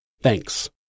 Thanks